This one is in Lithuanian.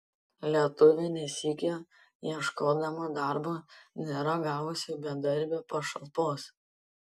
lietuvė ne sykio ieškodama darbo nėra gavusi bedarbio pašalpos